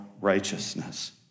righteousness